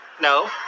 No